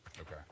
Okay